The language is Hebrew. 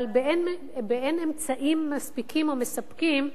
אבל באין אמצעים מספיקים או מספקים,